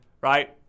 right